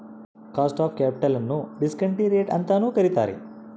cost of capital ನ್ನು discount rate ಅಂತನು ಕರಿತಾರೆ